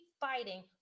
fighting